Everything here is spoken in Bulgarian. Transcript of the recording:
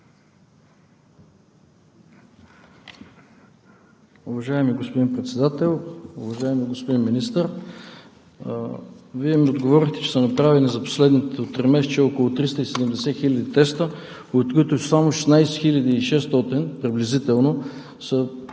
Уважаеми господин Председател, уважаеми господин Министър! Вие ми отговорихте, че за последното тримесечие са направени около 370 хиляди теста, от които само 16 600 приблизително са